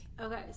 okay